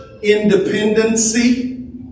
Independency